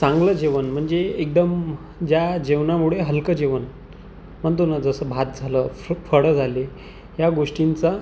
चांगलं जेवण म्हणजे एकदम ज्या जेवणामुळे हलकं जेवण म्हनतो ना जसं भात झालं फ फळं झाले या गोष्टींचा